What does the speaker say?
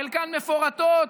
חלקן מפורטות,